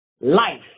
life